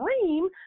dream